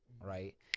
right